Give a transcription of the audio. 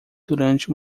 durante